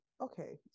okay